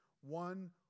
one